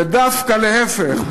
ודווקא להפך,